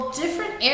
different